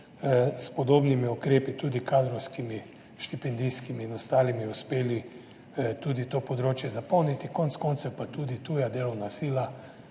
s podobnimi ukrepi, tudi kadrovskimi, štipendijskimi in ostalimi, uspeli to področje zapolniti. Konec koncev pa tudi tuja delovna sila,